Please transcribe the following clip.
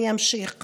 אמשיך בכך.